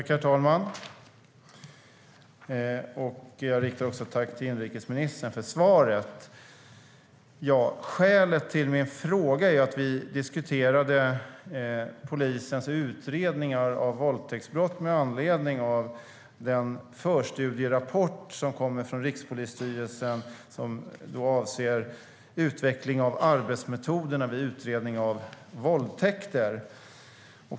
Herr talman! Jag riktar ett tack till inrikesministern för svaret. Skälet till min fråga är att vi diskuterade polisens utredningar av våldtäktsbrott med anledning av den förstudierapport som kom från Rikspolisstyrelsen som avser utveckling av arbetsmetoderna vid utredning av våldtäkter.